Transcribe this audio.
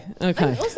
okay